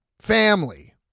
family